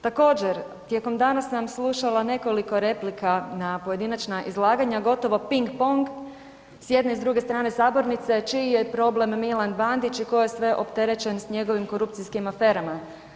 Također, tijekom dana sam slušala nekoliko replika na pojedinačna izlaganja gotovo ping pong s jedne i s druge strane sabornice čiji je problem Milan Bandić i tko je sve opterećen s njegovim korupcijskim aferama.